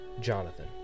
Jonathan